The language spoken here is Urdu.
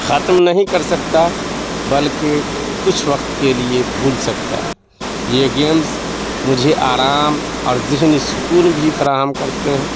ختم نہیں کر سکتا بلکہ کچھ وقت کے لیے بھول سکتا ہے یہ گیمز مجھے آرام اور ذہنی سکون بھی فراہم کرتے ہیں